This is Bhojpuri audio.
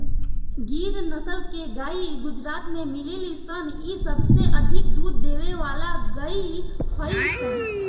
गिर नसल के गाई गुजरात में मिलेली सन इ सबसे अधिक दूध देवे वाला गाई हई सन